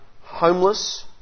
homeless